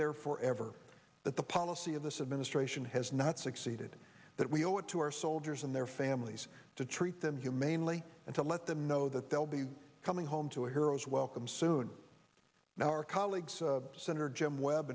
there forever but the policy of this administration has not succeeded that we owe it to our soldiers and their families to treat them humanely and to let them know that they'll be coming home to a hero's welcome soon now our colleagues senator jim web